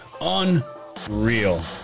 Unreal